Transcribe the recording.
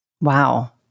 Wow